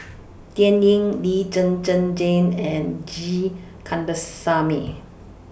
Dan Ying Lee Zhen Zhen Jane and G Kandasamy